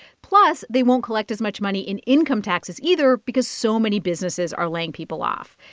plus, they won't collect as much money in income taxes either because so many businesses are laying people off.